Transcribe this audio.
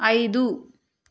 ఐదు